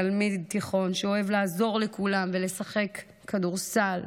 תלמיד תיכון שאוהב לעזור לכולם ולשחק כדורסל,